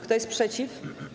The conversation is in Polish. Kto jest przeciw?